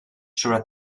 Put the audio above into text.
sobre